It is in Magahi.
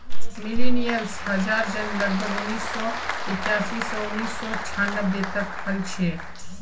मिलेनियल्स जहार जन्म लगभग उन्नीस सौ इक्यासी स उन्नीस सौ छानबे तक हल छे